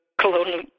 colonial